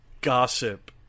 gossip